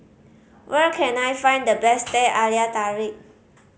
where can I find the best Teh Halia Tarik